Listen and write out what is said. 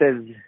says